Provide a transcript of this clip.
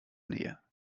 nähe